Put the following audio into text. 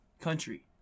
country